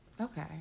Okay